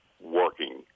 working